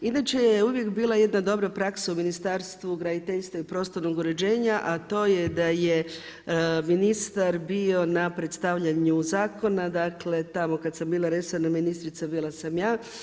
Inače je uvijek bila jedna dobra praksa u Ministarstvu graditeljstva i prostornog uređenja, a to je da je ministar bio na predstavljanju zakona dakle tamo kada sam bila resorna ministrica bila sam ja.